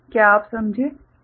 क्या यह समझे आप